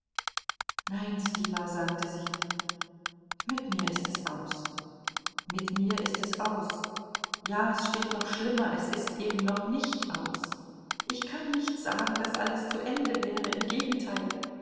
nein stiwa sagte sie mit mir ist es aus mit mir ist es aus ja es steht noch schlimmer es ist eben noch nicht aus ich kann nicht sagen daß alles zu ende wäre im gegenteil